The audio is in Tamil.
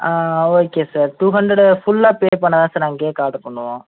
ஓகே சார் டூ ஹண்ட்ரடு ஃபுல்லா பே பண்ணால் தான் சார் நாங்கள் கேக் ஆட்ரு பண்ணுவோம்